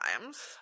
times